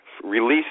release